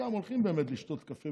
חלקם הולכים ביחד לשתות קפה,